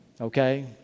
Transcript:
Okay